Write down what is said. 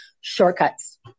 Shortcuts